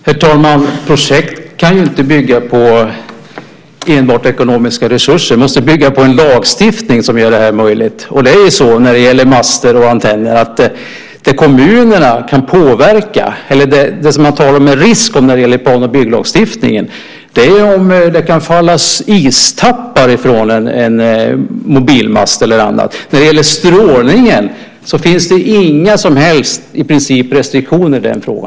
Herr talman! Projekt kan ju inte enbart bygga på ekonomiska resurser. Det måste bygga på en lagstiftning som gör det här möjligt. Det kommunerna kan påverka när det gäller master och antenner, och det som det talas om som en risk i plan och bygglagstiftningen, är om det kan falla istappar från en mobilmast eller annat. När det gäller strålningen finns det i princip inga som helst restriktioner.